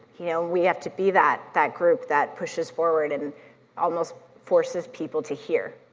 you know we have to be that that group that pushes forward and almost forces people to hear.